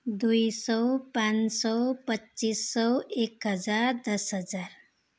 दुई सौ पाँच सौ पच्चिस सौ एक हजार दस हजार